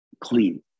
clean